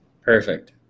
Perfect